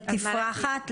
בתפרחת?